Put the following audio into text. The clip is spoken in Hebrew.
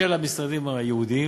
של המשרדים הייעודיים,